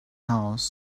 house